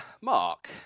Mark